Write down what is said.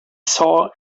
saw